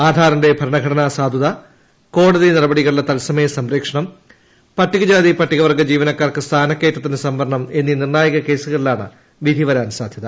ആധാറിന്റെ ഭരണഘടനാ സാധുത കോടതി നടപടികളുടെ തൽസമയ സംപ്രേഷണം പട്ടികജാതി പട്ടികവർഗ്ഗ ജീവനക്കാർക്ക് സ്ഥാനക്കയറ്റത്തിന് സംവരണം എന്നീ നിർണ്ണായക കേസുകളിലാണ് വിധി വരാൻ സാധൃത